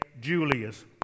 Julius